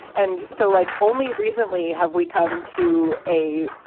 and so like only recently have we come to a.